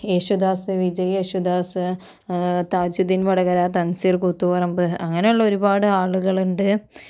യേശുദാസ് വിജയ് യേശുദാസ് താജുദീൻ വടകര തൻസീർ കൂത്തുപറമ്പ് അങ്ങനെയുള്ള ഒരുപാട് ആളുകളുണ്ട്